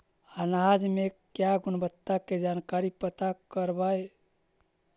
अनाज मे क्या गुणवत्ता के जानकारी पता करबाय?